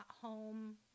home